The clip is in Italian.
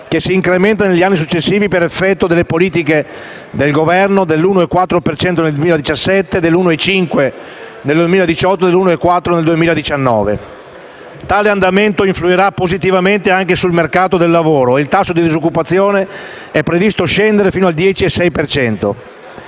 che si incrementa negli anni successivi, per effetto delle politiche del Governo, dell'1,4 per cento nel 2017, dell'1,5 nel 2018, e del 1,4 per cento nel 2019. Tale andamento influirà positivamente anche sul mercato del lavoro e il tasso di disoccupazione è previsto scendere fino al 10,6